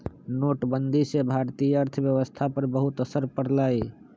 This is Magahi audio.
नोटबंदी से भारतीय अर्थव्यवस्था पर बहुत असर पड़ लय